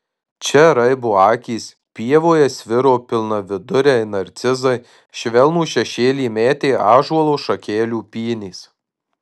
čia raibo akys pievoje sviro pilnaviduriai narcizai švelnų šešėlį metė ąžuolo šakelių pynės